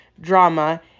drama